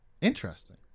Interesting